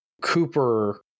Cooper